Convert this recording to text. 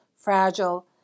fragile